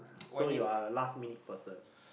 so you're a last minute person